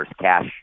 cash